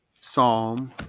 Psalm